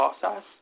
process